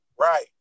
Right